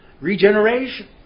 regeneration